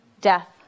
death